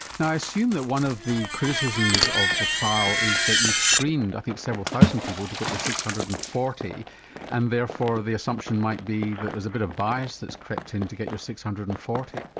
now i assume that one of the criticisms of the trial is that you screened, i think, several thousand people to get your six hundred and forty and therefore the assumption might be that there's a bit of bias that's crept in to get your six hundred and forty.